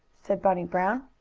said bunny brown.